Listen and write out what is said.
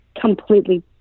completely